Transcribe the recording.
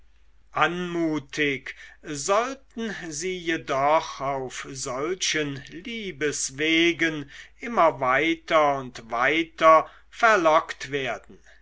anmutig sollten sie jedoch auf solchen liebeswegen immer weiter und weiter verlockt werden